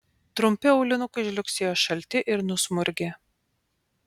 trumpi aulinukai žliugsėjo šalti ir nusmurgę